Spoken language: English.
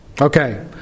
Okay